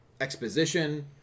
exposition